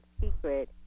secret